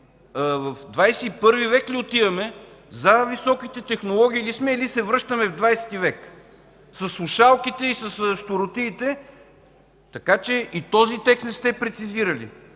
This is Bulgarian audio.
В 21-ви век ли отиваме? За високите технологии ли сме, или се връщаме в 20-и век – със слушалките и с щуротиите? Така че и този текст не сте прецизирали.